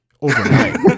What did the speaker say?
overnight